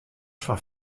fan